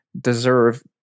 deserve